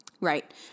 Right